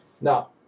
Now